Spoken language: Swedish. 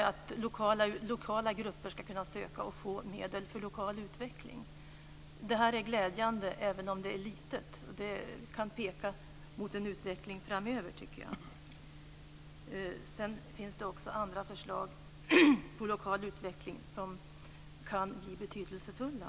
Lokala grupper ska kunna söka och få medel för lokal utveckling. Det är glädjande, även om det är litet. Det kan peka mot en utveckling framöver. Sedan finns det också andra förslag på lokal utveckling som kan bli betydelsefulla.